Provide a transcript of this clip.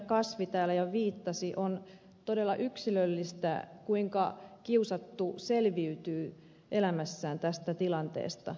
kasvi täällä jo viittasi on todella yksilöllistä kuinka kiusattu selviytyy elämässään tästä tilanteesta